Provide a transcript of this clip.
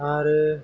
आरो